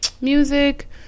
music